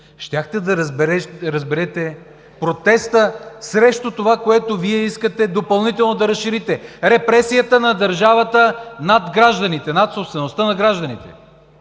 щяхте да разберете протеста срещу това, което Вие искате допълнително да разширите – репресията на държавата над гражданите, над собствеността на гражданите.